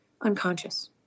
unconscious